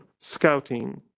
scouting